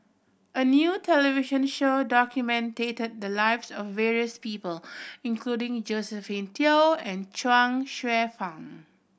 a new television show documented the lives of various people including Josephine Teo and Chuang Hsueh Fang